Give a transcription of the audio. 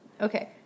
Okay